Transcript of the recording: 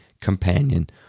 companion